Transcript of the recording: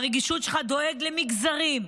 ברגישות שלך, דואג למגזרים,